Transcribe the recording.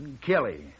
Kelly